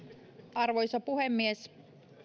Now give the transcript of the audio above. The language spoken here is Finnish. arvoisa puhemies